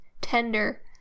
tender